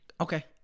Okay